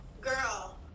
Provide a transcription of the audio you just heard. Girl